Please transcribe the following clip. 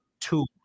two